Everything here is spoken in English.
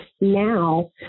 now